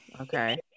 okay